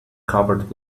covered